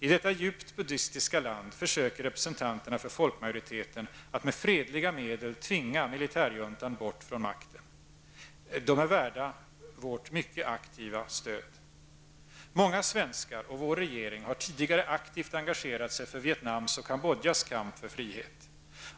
I detta djupt buddistiska land försöker representanterna för folkmajoriteten att med fredliga medel tvinga militärjuntan bort från makten. De är värda vårt mycket aktiva stöd. Många svenskar och vår regering har tidigare aktivt engagerat sig för Vietnams och Kambodjas kamp för frihet.